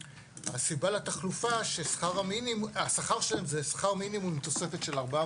שהסיבה לתחלופה שהשכר שלהן זה שכר מינימום עם תוספת של 400